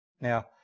Now